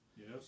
Yes